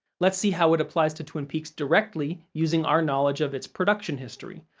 let's see how it applies to twin peaks directly using our knowledge of its production history.